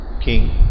king